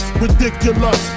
ridiculous